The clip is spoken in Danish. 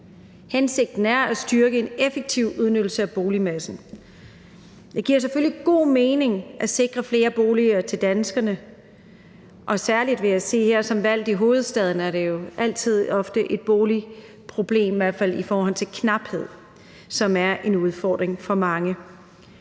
Hensigten er at styrke en effektiv udnyttelse af boligmassen. Det giver selvfølgelig god mening at sikre flere boliger til danskerne, og særlig som valgt i hovedstaden vil jeg sige, at der jo ofte er et boligproblem, i hvert fald i forhold til knaphed, som er en udfordring for mange.